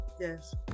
yes